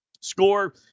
score